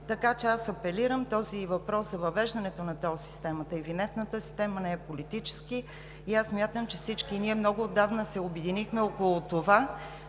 Така че апелирам: този въпрос за въвеждането на тол системата и винетната система да не е политически. Смятам, че всички ние много отдавна се обединихме около това,